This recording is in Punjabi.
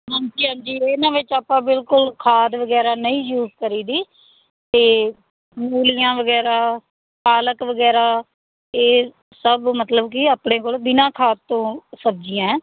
ਹਾਂਜੀ ਹਾਂਜੀ ਇਹਨਾਂ ਵਿੱਚ ਆਪਾਂ ਬਿਲਕੁਲ ਖਾਦ ਵਗੈਰਾ ਨਹੀਂ ਯੂਜ ਕਰੀਦੀ ਅਤੇ ਮੂਲੀਆਂ ਵਗੈਰਾ ਪਾਲਕ ਵਗੈਰਾ ਇਹ ਸਭ ਮਤਲਬ ਕਿ ਆਪਣੇ ਕੋਲ ਬਿਨਾ ਖਾਦ ਤੋਂ ਸਬਜ਼ੀਆਂ ਹੈ